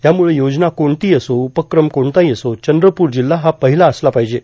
त्यामुळं योजना कोणतीही असो उपक्रम कोणताही असो चंद्रप्रर जिल्हा हा पहिला असला पाहिजे